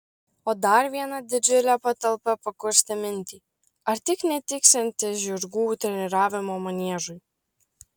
o dar viena didžiulė patalpa pakurstė mintį ar tik netiksianti žirgų treniravimo maniežui